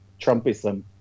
Trumpism